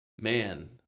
man